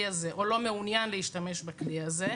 הזה או לא מעוניין להשתמש בכלי הזה,